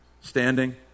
standing